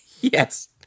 Yes